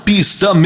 Pista